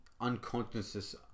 unconsciousness